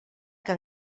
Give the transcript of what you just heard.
que